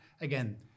again